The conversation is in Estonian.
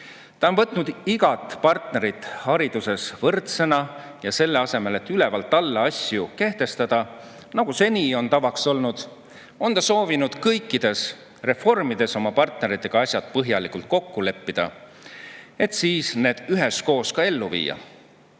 Ta on võtnud igat partnerit hariduses võrdsena ja selle asemel, et ülevalt alla asju kehtestada, nagu seni on tavaks olnud, on ta soovinud kõikides reformides partneritega asjad põhjalikult kokku leppida, et siis need üheskoos ellu viia,